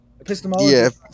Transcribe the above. Epistemology